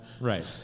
Right